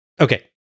Okay